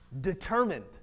determined